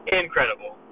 incredible